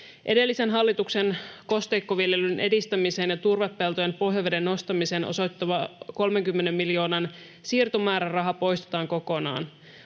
Edellisen hallituksen kosteikkoviljelyn edistämiseen ja turvepeltojen pohjaveden nostamiseen osoittama 30 miljoonan siirtomääräraha poistetaan kokonaan.